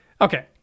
Okay